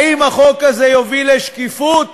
האם החוק הזה יוביל לשקיפות?